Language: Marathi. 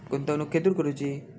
गुंतवणुक खेतुर करूची?